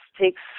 takes